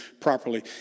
properly